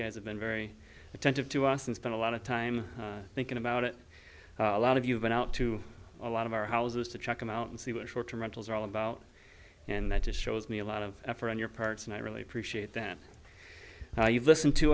guys have been very attentive to us and spent a lot of time thinking about it a lot of you went out to a lot of our houses to check them out and see what short term rentals are all about and that just shows me a lot of effort on your parts and i really appreciate that how you listen to